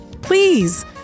Please